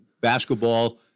basketball